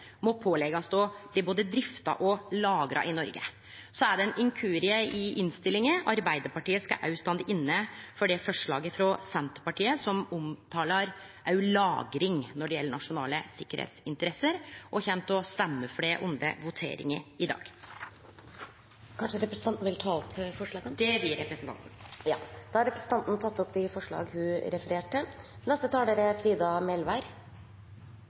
må påleggjast å bli både drifta og lagra i Noreg. Så er det ein inkurie i innstillinga: Arbeidarpartiet skal òg stå inne i det forslaget frå Senterpartiet som omtalar òg lagring når det gjeld nasjonale tryggleiksinteresser, og kjem til å stemme for det under voteringa i dag. Kanskje representanten vil ta opp forslagene? Det vil representanten. Da har representanten Lene Vågslid tatt opp de forslagene hun refererte til.